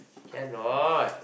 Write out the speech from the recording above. cannot